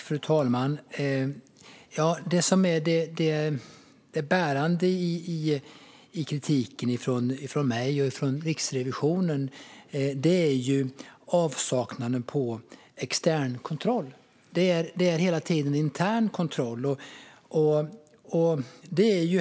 Fru talman! Det som är bärande i kritiken från mig och från Riksrevisionen är avsaknaden av extern kontroll. Det är hela tiden intern kontroll.